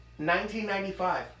1995